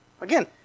Again